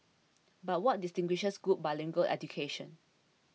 but what distinguishes good bilingual education